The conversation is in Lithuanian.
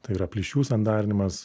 tai yra plyšių sandarinimas